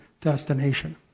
destination